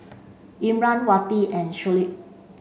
Imran Wati and Shuli